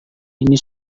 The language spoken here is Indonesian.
ini